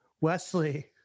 Wesley